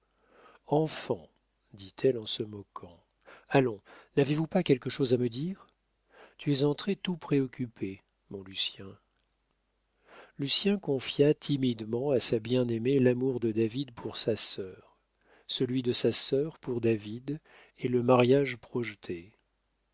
enfant dit-elle en se moquant allons n'avez-vous pas quelque chose à me dire tu es entré tout préoccupé mon lucien lucien confia timidement à sa bien-aimée l'amour de david pour sa sœur celui de sa sœur pour david et le mariage projeté